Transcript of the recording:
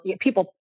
people